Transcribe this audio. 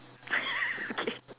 okay